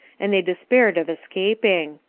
and they despaired of escaping.